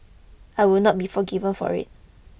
I would not be forgiven for it